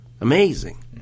Amazing